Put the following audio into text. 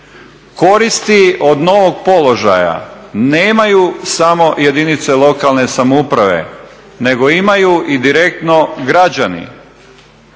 Koristi od novog položaja nemaju samo jedinice lokalne samouprave, nego imaju i direktno građani.